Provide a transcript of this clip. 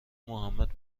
محمد